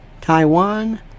Taiwan